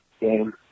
game